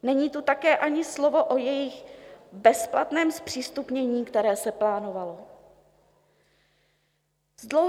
Není tu také ani slovo o jejich bezplatném zpřístupnění, které se plánovalo.